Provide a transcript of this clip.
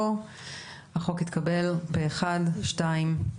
הצבעה בעד, 2 נגד,